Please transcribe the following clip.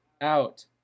out